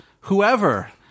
whoever